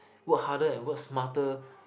work harder and work smarter